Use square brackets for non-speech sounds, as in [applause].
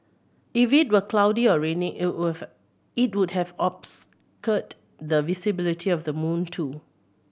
if it were cloudy or raining it [unintelligible] it would have obscured the visibility of the moon too